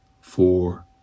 four